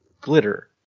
Glitter